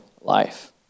life